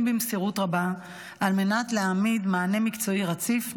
במסירות רבה על מנת להעמיד מענה מקצועי רציף,